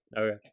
Okay